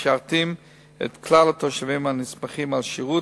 משרתים את כלל התושבים הנסמכים על שירות